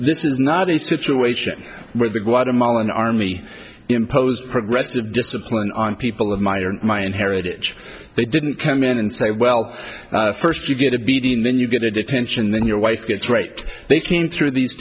this is not a situation where the guatemalan army imposed progressive discipline on people of my or my own heritage they didn't come in and say well first you get a beating then you get a detention then your wife gets raped they came through these